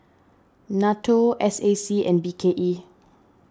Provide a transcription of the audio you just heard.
Nato S A C and B K E